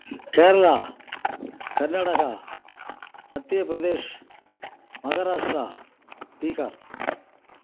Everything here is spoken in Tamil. கேரளா கர்நாடகா மத்தியபிரதேஷ் மஹாராஷ்ட்ரா பீகார்